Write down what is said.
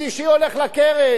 שלישי הולך לקרן,